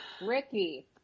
Ricky